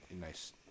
nice